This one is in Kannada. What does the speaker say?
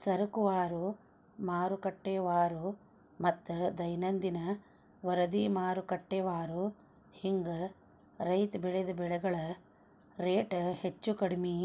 ಸರಕುವಾರು, ಮಾರುಕಟ್ಟೆವಾರುಮತ್ತ ದೈನಂದಿನ ವರದಿಮಾರುಕಟ್ಟೆವಾರು ಹಿಂಗ ರೈತ ಬೆಳಿದ ಬೆಳೆಗಳ ರೇಟ್ ಹೆಚ್ಚು ಕಡಿಮಿ